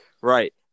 Right